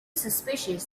suspicious